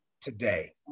today